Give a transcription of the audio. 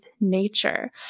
nature